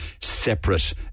separate